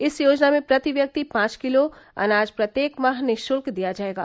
इस योजना में प्रति व्यक्ति पांच किलोग्राम अनाज प्रत्येक माह निशुल्क दिया जाएगा